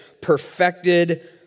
perfected